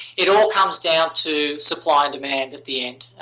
it all comes down to supply and demand at the end.